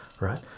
right